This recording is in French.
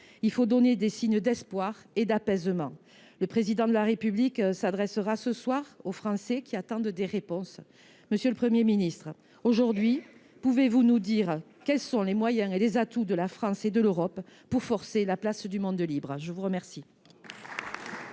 Il faut donner des signes d’espoir et d’apaisement. Le Président de la République s’adressera ce soir aux Français qui attendent des réponses. Monsieur le Premier ministre, aujourd’hui, quels sont les moyens et les atouts de la France et de l’Union européenne pour forcer la place du monde libre ? Bravo ! La parole